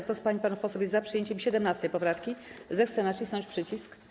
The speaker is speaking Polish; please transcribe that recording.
Kto z pań i panów posłów jest za przyjęciem 17. poprawki, zechce nacisnąć przycisk.